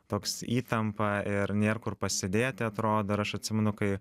toks įtampa ir nėr kur pasėdėti atrodo ir aš atsimenu kai